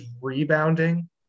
rebounding